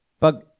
Pag